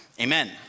amen